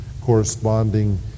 corresponding